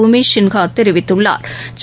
உமேஷ் சின்ஹா தெரிவித்துள்ளாா்